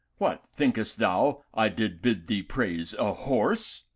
what, thinkest thou i did bid thee praise a horse?